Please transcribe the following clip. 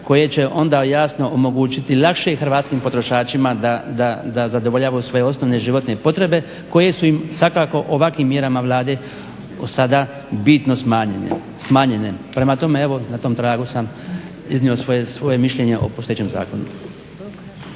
koje će onda jasno omogućiti lakše hrvatskim potrošačima da zadovoljavaju svoje osnovne životne potrebe koje su im svakako ovakvim mjerama Vlade sada bitno smanjene. Prema tome, na tom tragu sam iznio svoje mišljenje o postojećem zakonu.